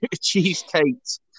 cheesecakes